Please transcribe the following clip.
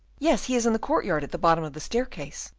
yes, he is in the courtyard at the bottom of the staircase,